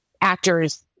actors